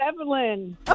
Evelyn